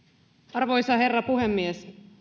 arvoisa herra puhemies